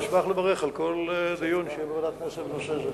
אני מברך על כל דיון של ועדת כנסת בנושא זה.